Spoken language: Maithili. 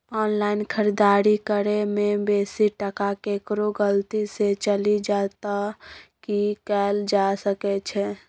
ऑनलाइन खरीददारी करै में बेसी टका केकरो गलती से चलि जा त की कैल जा सकै छै?